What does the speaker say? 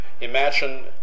Imagine